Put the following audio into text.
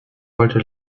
wollte